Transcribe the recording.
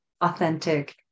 authentic